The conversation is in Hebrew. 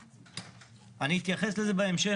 אני אתייחס לזה בהמשך,